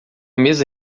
mesa